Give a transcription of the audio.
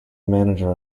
manager